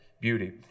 beauty